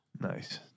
Nice